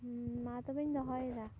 ᱢᱟ ᱛᱚᱵᱮᱧ ᱫᱚᱦᱚᱭᱮᱫᱟ